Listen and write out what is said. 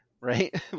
right